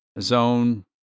zone